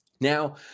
Now